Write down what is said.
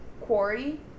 quarry